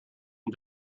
end